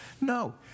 no